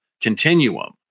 continuum